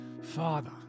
Father